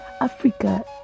Africa